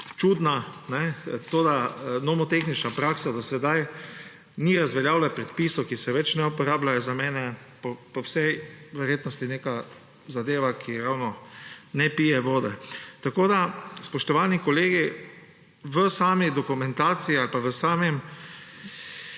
čudna. To, da nomotehnična praksa do sedaj ni razveljavila predpisov, ki se več ne uporabljajo, je za mene po vsej verjetnosti neka zadeva, ki ravno ne pije vode. Tako, spoštovani kolegi, v sami dokumentaciji lahko vidite,